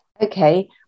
okay